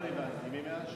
לא הבנתי.